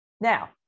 Now